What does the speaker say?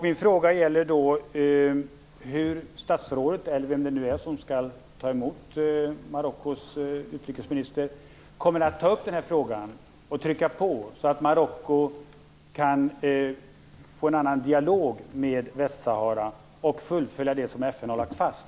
Min fråga är hur statsrådet - eller vem det nu är som skall ta emot Marockos utrikesminister - kommer att ta upp frågan och trycka på, så att Marocko kan få en annan dialog med Västsahara och fullfölja det som FN har lagt fast.